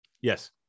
Yes